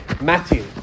Matthew